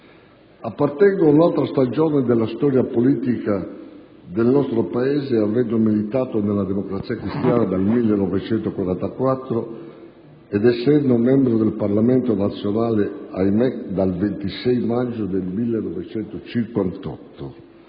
Appartengo ad un'altra stagione della storia politica del nostro Paese, avendo militato nella Democrazia Cristiana dal 1944 ed essendo membro del Parlamento nazionale, ahimè, dal 26 maggio 1958